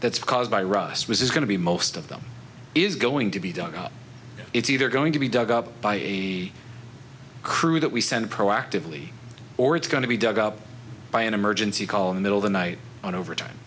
that's caused by rust which is going to be most of them is going to be dug up it's either going to be dug up by a crew that we send proactively or it's going to be dug up by an emergency call middle of the night on overtime